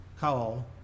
call